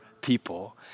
people